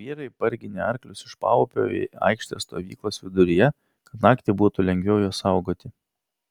vyrai parginė arklius iš paupio į aikštę stovyklos viduryje kad naktį būtų lengviau juos saugoti